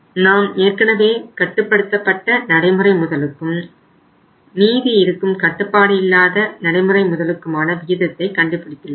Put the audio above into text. நாம் ஏற்கனவே கட்டுப்படுத்தப்பட்ட நடைமுறை முதலுக்கும் மீது இருக்கும் கட்டுப்பாடு இல்லாத நடைமுறையும் முதலுக்குமான விகிதத்தை கண்டுபிடித்துள்ளோம்